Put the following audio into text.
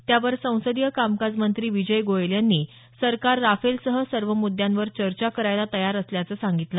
त्यावर संसदीय कामकाज मंत्री विजय गोयल यांनी सरकार राफेलसह सर्व मुद्यांवर चर्चा करायला तयार असल्याचं सांगितलं